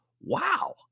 wow